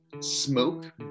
Smoke